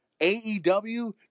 AEW